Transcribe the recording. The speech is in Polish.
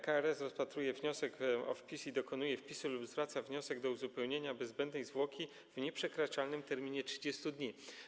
KRS rozpatruje wniosek o wpis i dokonuje wpisu lub zwraca wniosek do uzupełnienia bez zbędnej zwłoki, w nieprzekraczalnym terminie 30 dni.